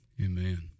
Amen